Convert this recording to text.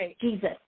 Jesus